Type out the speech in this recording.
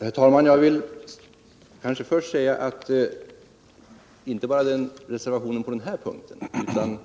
Herr talman! Jag vill först säga att inte bara den här reservationen utan